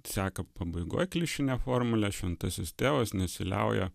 seka pabaigoj klišinė formulė šventasis tėvas nesiliauja